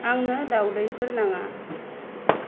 आंनो दावदैफोर नाङा